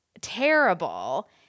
terrible